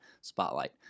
Spotlight